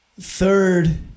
Third